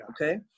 Okay